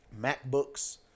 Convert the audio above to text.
MacBooks